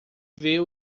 ver